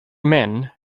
men